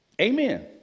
Amen